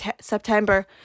september